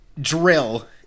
drill